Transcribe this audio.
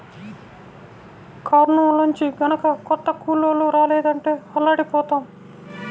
కర్నూలు నుంచి గనక కొత్త కూలోళ్ళు రాలేదంటే అల్లాడిపోతాం